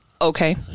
Okay